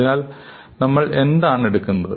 അതിനാൽ നമ്മൾ എന്താണ് എടുക്കുന്നത്